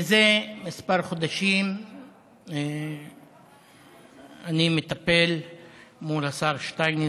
מזה כמה חודשים אני מטפל מול השר שטייניץ,